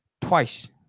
twice